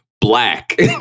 Black